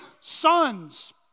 sons